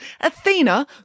Athena